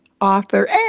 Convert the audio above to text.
author